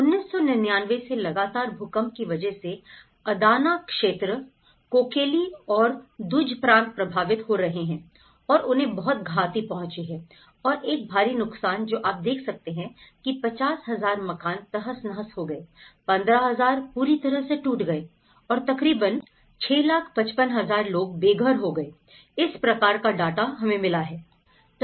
1999 से लगातार भूकंप की वजह से अदाना क्षेत्र कोकेली और दुज प्रांत प्रभावित हो रहे हैं और उन्हें बहुत घाति पहुंची है और एक भारी नुकसान जो आप देख सकते हैं की 50000 मकान तहस नहस हो गए 15000 पूरी तरह से टूट गए और तकरीबन 655000 लोग बेघर हो गए इस प्रकार का डाटा हमें मिला है